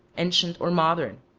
ancient or modern.